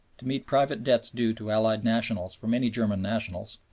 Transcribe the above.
to meet private debts due to allied nationals from any german nationals,